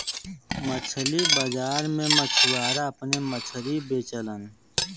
मछरी बाजार में मछुआरा अपने मछरी के बेचलन